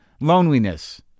Loneliness